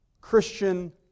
Christian